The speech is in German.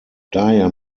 daher